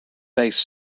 base